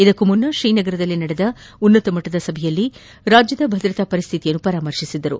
ಇದಕ್ಕೂ ಮುನ್ನ ತ್ರೀನಗರದಲ್ಲಿ ನಡೆಸಲಾದ ಉನ್ನತಮಟ್ಟದ ಸಭೆಯಲ್ಲಿ ರಾಜ್ಯದಲ್ಲಿನ ಭದ್ರತಾ ಪರಿಸ್ಥಿತಿಯನ್ನು ಪರಾಮರ್ತಿಸಿದರು